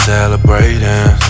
Celebrating